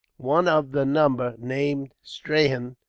one of the number, named strahan,